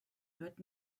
hört